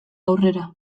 aurrera